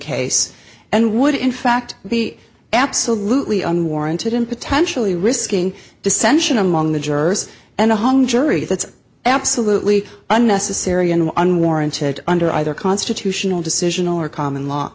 case and would in fact the absolutely unwarranted and potentially risking dissension among the jurors and a hung jury that's absolutely unnecessary and unwarranted under either constitutional decision or common law